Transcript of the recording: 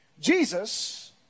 Jesus